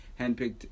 handpicked